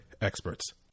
experts